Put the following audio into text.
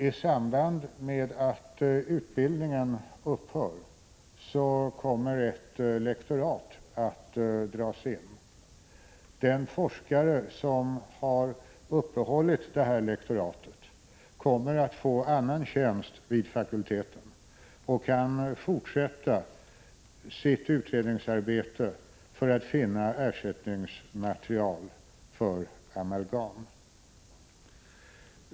I samband med att utbildningen upphör kommer ett lektorat att dras in. Den forskare som har uppehållit det här lektoratet kommer att få annan tjänst vid fakulteten och kan fortsätta sitt utredningsarbete för att finna en ersättning för amalgam.